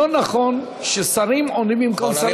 לא נכון ששרים עונים במקום שרים אחרים,